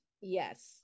Yes